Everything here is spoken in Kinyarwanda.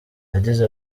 yagize